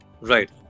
Right